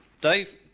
Dave